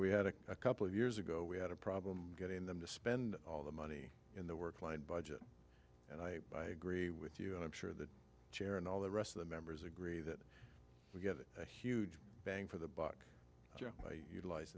we had a couple of years ago we had a problem getting them to spend all the money in the work line budget and i agree with you and i'm sure the chair and all the rest of the members agree that we get a huge bang for the buck utiliz